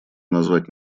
назвать